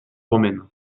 romaine